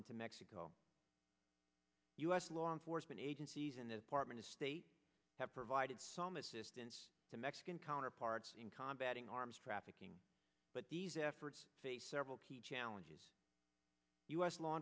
into mexico u s law enforcement agencies in this apartment state have provided some assistance to mexican counterparts in combat in arms trafficking but these efforts face several key challenges u s law